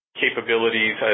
capabilities